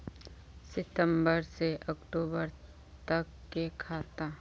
सितम्बर से अक्टूबर तक के खाता?